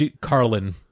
Carlin